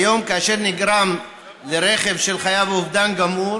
כיום כאשר נגרם לרכבו של חייב אובדן גמור